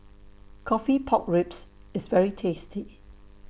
Coffee Pork Ribs IS very tasty